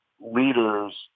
leaders